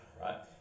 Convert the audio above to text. right